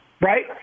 right